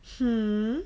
hmm